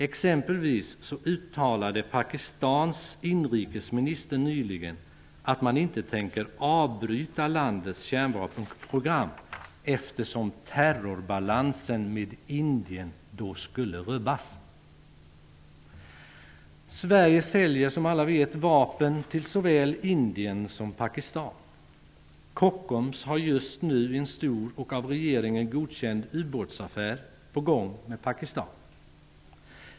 Exempelvis uttalade Pakistans inrikesminister nyligen att man inte tänker avbryta landets kärnvapenprogram, eftersom terrorbalansen med Indien då skulle rubbas. Sverige säljer, som alla vet, vapen till såväl Indien som Pakistan. Kockums har just nu en stor och av regeringen godkänd ubåtsaffär på gång med Pakistan.